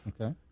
Okay